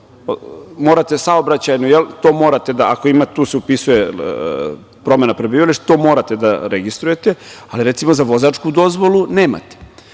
morate saobraćajnu, to morate da, tu se upisuje promena prebivališta, to morate da registrujete, ali recimo za vozačku dozvolu nemate,